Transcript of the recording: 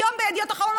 היום בידיעות אחרונות,